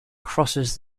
crosses